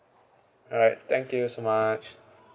alright thank you so much